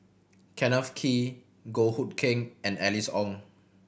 Kenneth Kee Goh Hood Keng and Alice Ong